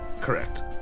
Correct